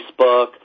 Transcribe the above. Facebook